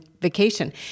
vacation